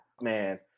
man